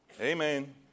Amen